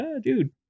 dude